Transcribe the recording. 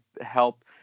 help